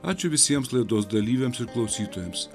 ačiū visiems laidos dalyviams ir klausytojams